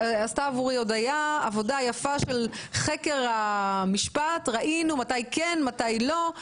הודיה עשתה עבורה עבודה יפה של חקר המשפט וראינו מתי כן ומתי לא,